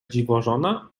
dziwożona